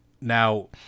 Now